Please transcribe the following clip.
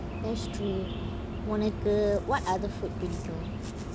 that's true உன்னக்கு:unnaku what other food do you do